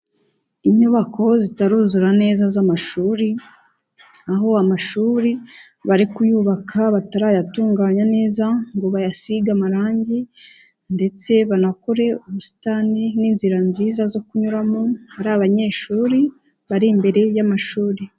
Inyubako zitaruzura neza z'amashuri, aho amashuri bari kuyubaka batarayatunganya neza ngo bayasige amarangi, ndetse banakore ubusitani n'inzira nziza zo kunyuramo hari abanyeshuri bari imbere y'amashuri.